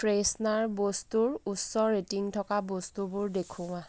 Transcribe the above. freshener বস্তুৰ উচ্চ rating থকা বস্তুবোৰ দেখুওৱা